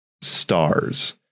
stars